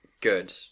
good